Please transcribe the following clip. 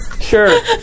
Sure